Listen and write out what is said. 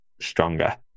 stronger